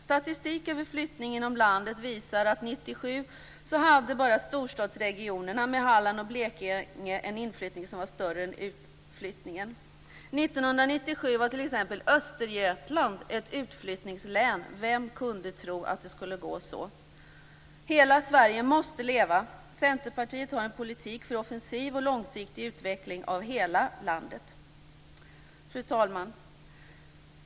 Statistik över flyttning inom landet visar att år 1997 hade bara storstadsregionerna med Halland och Blekinge en inflyttning som var större än utflyttningen. 1997 var t.ex. Östergötlands län ett utflyttningslän. Vem kunde tro att det skulle gå så? Hela Sverige måste leva! Centerpartiet har en politik för en offensiv och långsiktig utveckling av hela landet. Fru talman!